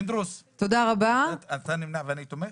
פינדרוס, אתה נמנע ואני תומך?